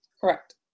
correct